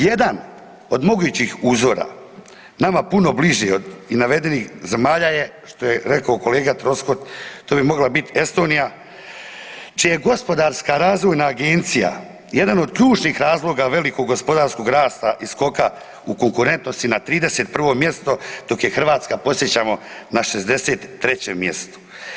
Jedan od mogućih uzora nama puno bliži od i navedenih zemalja je što je rekao kolega Troskot to bi mogla biti Estonija čija je Gospodarska razvojna agencija jedan od ključnih razloga velikog gospodarskog rasta i skoka u konkurentnosti na 31. mjesto, dok je Hrvatska podsjećamo na 63. mjestu.